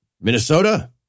Minnesota